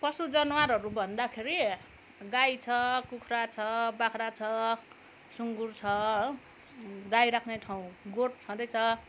पशु जनावरहरू भन्दाखेरि गाई छ कुखुरा छ बाख्रा छ सुँगुर छ हो गाई राख्ने ठाउँ गोठ छँदैछ